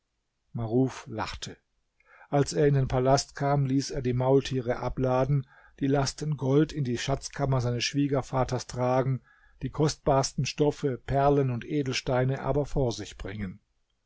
maruf lachte als er in den palast kam ließ er die maultiere abladen die lasten gold in die schatzkammer seines schwiegervaters tragen die kostbarsten stoffe perlen und edelsteine aber vor sich bringen